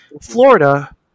Florida